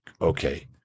okay